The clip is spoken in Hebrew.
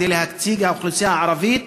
כדי להציג את האוכלוסייה הערבית